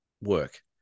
work